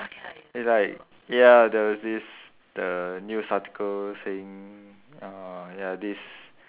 it's like ya there was this the news article saying uh ya this